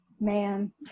man